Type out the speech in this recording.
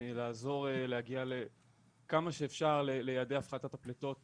לעזור להגיע כמה שאפשר ליעדי הפחתת הפליטות